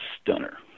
stunner